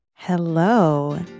Hello